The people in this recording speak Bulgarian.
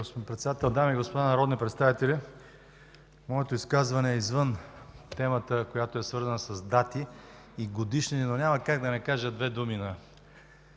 Дами и господа народни представители, моето изказване е извън темата, която е свързана с дати и годишнини, но няма как да не кажа две думи на